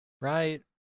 Right